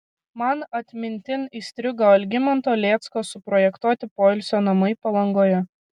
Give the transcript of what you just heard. man atmintin įstrigo algimanto lėcko suprojektuoti poilsio namai palangoje